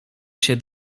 się